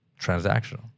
transactional